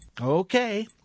Okay